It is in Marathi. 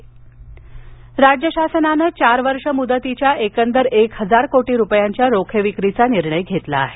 कर्ज रोखे राज्य शासनानं चार वर्ष मूदतीच्या एकंदर एक हजार कोटी रुपयांच्या रोखे विक्रीचा निर्णय घेतला आहे